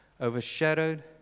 overshadowed